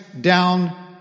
down